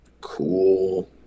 Cool